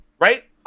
right